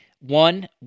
One